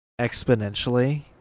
exponentially